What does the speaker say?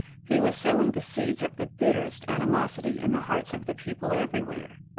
he was sowing the seeds of the bitterest animosity in the hearts of the people every where.